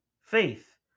faith